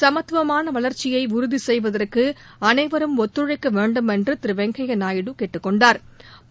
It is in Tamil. சமத்துவமான வளர்ச்சியை உறுதி செய்வதற்கு அனைவரும் ஒத்துரைக்க வேண்டுமென்று திரு வெங்கையா நாயுடு கேட்டுக் கொண்டா்